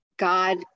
God